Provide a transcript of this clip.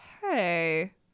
hey